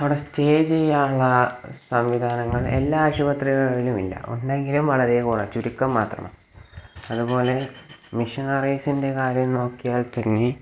അവിടെ സ്റ്റേ ചെയ്യാനുള്ള സംവിധാനങ്ങൾ എല്ലാ ആശുപത്രികളിലും ഇല്ല ഉണ്ടെങ്കിലും വളരെ കുറവ് ചുരുക്കം മാത്രം അതുപോലെ മിഷനറീസിൻ്റെ കാര്യം നോക്കിയാൽ തന്നെ